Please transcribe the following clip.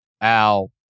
Al